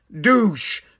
Douche